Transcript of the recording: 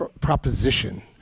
proposition